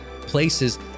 places